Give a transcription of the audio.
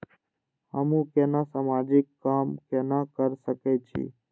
हमू केना समाजिक काम केना कर सके छी?